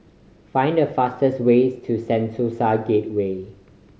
find the fastest ways to Sentosa Gateway